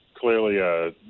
clearly